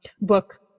book